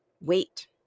wait